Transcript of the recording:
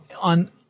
on